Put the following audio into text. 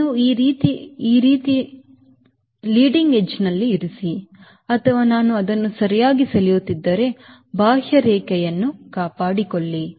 ನೀವು ಈ ರೀತಿಯದನ್ನು leading edge ನಲ್ಲಿ ಇರಿಸಿ ಅಥವಾ ನಾನು ಅದನ್ನು ಸರಿಯಾಗಿ ಸೆಳೆಯುತ್ತಿದ್ದರೆ ಬಾಹ್ಯರೇಖೆಯನ್ನು ಕಾಪಾಡಿಕೊಳ್ಳಿ